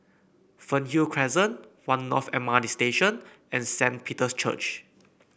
Fernhill Crescent One North M R T Station and Saint Peter's Church